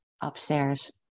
upstairs